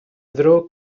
ddrwg